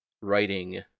writing